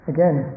Again